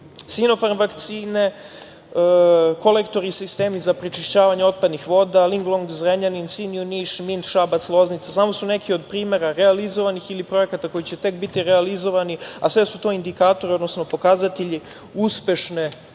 Sinofarm vakcine, kolektori i sistemi za prečišćavanje otpadnih voda, „Linglong“ Zrenjanin, „Singju“ Niš, „Mint“ Šabac i Loznica, samo su neki od primera realizovanih ili projekata koji će tek biti realizovani. Sve su to indikatori, odnosno pokazatelji uspešne